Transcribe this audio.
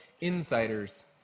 insiders